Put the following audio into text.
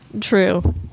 true